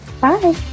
Bye